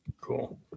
cool